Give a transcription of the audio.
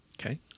Okay